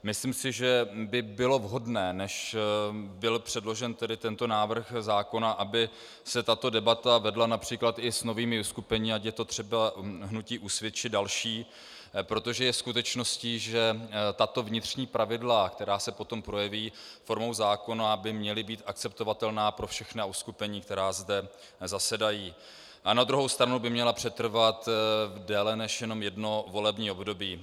Myslím si, že by bylo vhodné, než byl předložen tento návrh zákona, aby se tato debata vedla například i s novými uskupeními, ať je to třeba hnutí Úsvit či další, protože je skutečností, že tato vnitřní pravidla, která se potom projeví formou zákona, by měla být akceptovatelná pro všechna uskupení, která zde zasedají, a na druhou stranu by měla přetrvat déle než jenom jedno volební období.